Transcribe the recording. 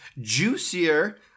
juicier